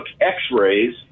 x-rays